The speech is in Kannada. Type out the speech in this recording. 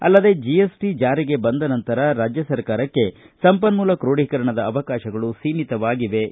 ಅಲ್ಲದೆ ಜಿ ಎಸ್ ಟಿ ಜಾರಿಗೆ ಬಂದ ನಂತರ ರಾಜ್ಯ ಸರ್ಕಾರಕ್ಕೆ ಸಂಪನ್ಮೂಲ ಕ್ರೋಢೀಕರಣದ ಅವಕಾಶಗಳು ಸೀಮಿತವಾಗಿವೆ ಎಂದರು